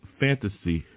fantasy